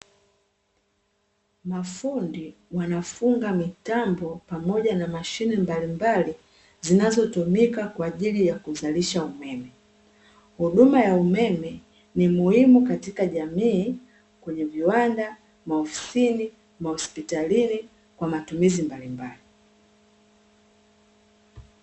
Mafundi wanafunga mitambo pamoja na mashine mbalimbali zinazotumika kwa ajili ya kuzalisha umeme. Huduma ya umeme ni muhimu katika jamii yenye viwanda, maofisini, hospitalini kwa matumizi mbalimbali.